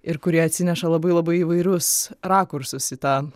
ir kurie atsineša labai labai įvairius rakursus į tą